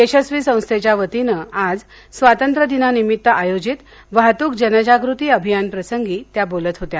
यशस्वी संस्थेच्या वतीनं आज स्वातंत्र्यदिना निमित्त आयोजित वाहतूक जनजागृती अभियान प्रसंगी त्या बोलत होत्या